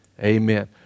Amen